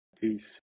Peace